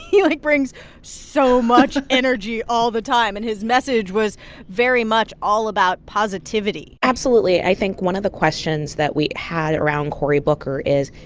yeah like, brings so much energy all the time, and his message was very much all about positivity absolutely. i think one of the questions that we had around cory booker is,